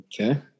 Okay